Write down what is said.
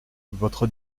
votre